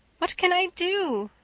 what can i do?